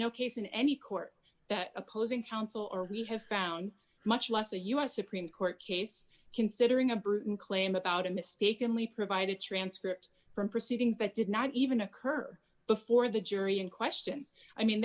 no case in any court that opposing counsel or we have found much less a u s supreme court case considering a britain claim about a mistakenly provided transcripts from proceedings that did not even occur before the jury in question i mean